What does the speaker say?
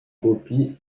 copie